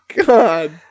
God